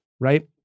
right